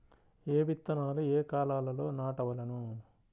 ఏ విత్తనాలు ఏ కాలాలలో నాటవలెను?